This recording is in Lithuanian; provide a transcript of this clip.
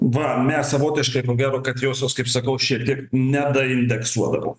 va mes savotiškai ko gero kad josios kaip sakau šiek tiek nedaindeksuodavom